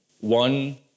one